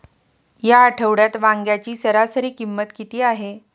या आठवड्यात वांग्याची सरासरी किंमत किती आहे?